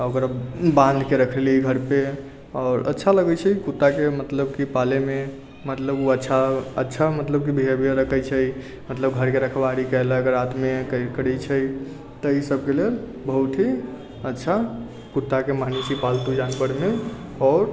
ओकरा बाँध के रखली घरपे आओर अच्छा लगै छै कुत्ता के मतलब कि पालै मे मतलब अच्छा ओ अच्छा मतलब कि बिहेवियर रखै छै मतलब घरके रखवारी कैलक रात मे कर करे छै तऽ ई सभके लेल बहुत ही अच्छा कुत्ता के मानै छै पालतु जानवर मे आओर